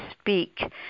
speak